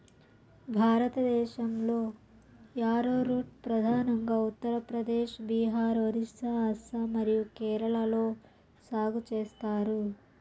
భారతదేశంలో, యారోరూట్ ప్రధానంగా ఉత్తర ప్రదేశ్, బీహార్, ఒరిస్సా, అస్సాం మరియు కేరళలో సాగు చేస్తారు